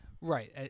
Right